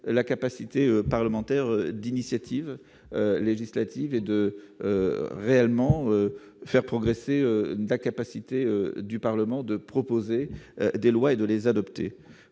la capacité parlementaire d'initiative législative et de réellement faire progresser d'à capacité du Parlement, de proposer des lois et de les adopter